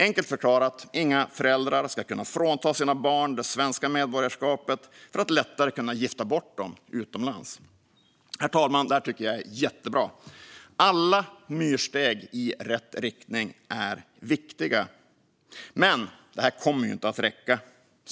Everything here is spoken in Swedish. Enkelt förklarat: Inga föräldrar ska kunna frånta sina barn det svenska medborgarskapet för att lättare kunna gifta bort dem utomlands. Herr talman! Det här tycker jag är jättebra. Alla myrsteg i rätt riktning är viktiga. Men det här kommer inte att räcka.